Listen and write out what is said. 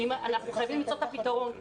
אנחנו חייבים למצוא את הפתרון.